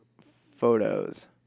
photos